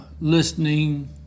listening